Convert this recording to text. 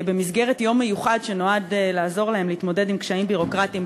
במסגרת יום מיוחד שנועד לעזור להם להתמודד עם קשיים ביורוקרטיים,